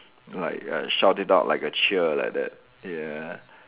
like like shout it out like a cheer like that ya